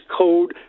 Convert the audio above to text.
code